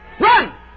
Run